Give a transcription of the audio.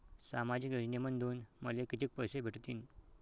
सामाजिक योजनेमंधून मले कितीक पैसे भेटतीनं?